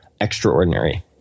extraordinary